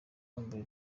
bambaye